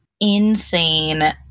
insane